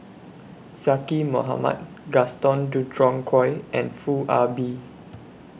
Zaqy Mohamad Gaston Dutronquoy and Foo Ah Bee